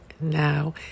now